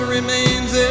remains